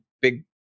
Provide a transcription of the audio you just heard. big